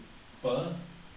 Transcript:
per